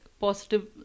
positive